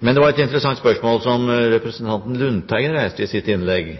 Det var et interessant spørsmål som representanten Lundteigen reiste i sitt innlegg.